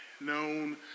known